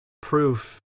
proof